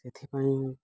ସେଥିପାଇଁ